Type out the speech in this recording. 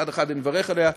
מצד אחד אני מברך עליה.